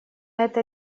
это